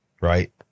Right